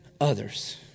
others